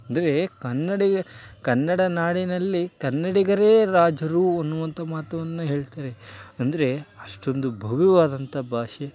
ಅಂದರೇ ಕನ್ನಡಿಗ ಕನ್ನಡ ನಾಡಿನಲ್ಲಿ ಕನ್ನಡಿಗರೇ ರಾಜರು ಅನ್ನುವಂತ ಮಾತನ್ನ ಹೇಳ್ತಾರೆ ಅಂದರೆ ಅಷ್ಟೊಂದು ಭವ್ಯವಾದಂತಹ ಭಾಷೆ